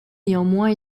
néanmoins